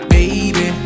Baby